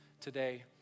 today